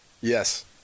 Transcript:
Yes